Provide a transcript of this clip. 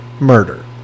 murder